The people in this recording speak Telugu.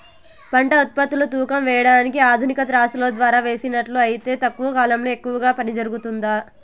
పంట ఉత్పత్తులు తూకం వేయడానికి ఆధునిక త్రాసులో ద్వారా వేసినట్లు అయితే తక్కువ కాలంలో ఎక్కువగా పని జరుగుతుందా?